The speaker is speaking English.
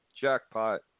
jackpot